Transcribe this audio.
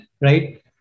right